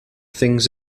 things